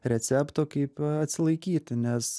recepto kaip atsilaikyti nes